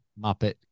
Muppet